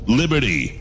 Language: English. liberty